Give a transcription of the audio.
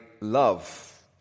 love